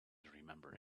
remember